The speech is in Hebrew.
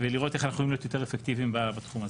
ולראות איך אנחנו יכולים להיות יותר אפקטיביים בתחום הזה.